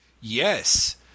Yes